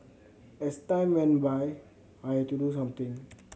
as time went by I had to do something